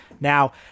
Now